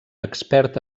expert